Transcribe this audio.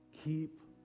Keep